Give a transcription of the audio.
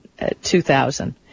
2000